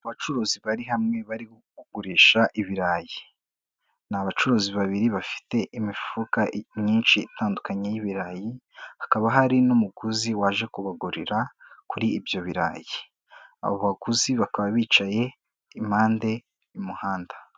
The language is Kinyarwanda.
Abacuruzi bari hamwe bari kugurisha ibirayi, ni abacuruzi babiri bafite imifuka myinshi itandukanye y'ibirayi, hakaba hari n'umuguzi waje kubagurira kuri ibyo birarayi, abo baguzi bakaba bicaye impande y'umuhanda.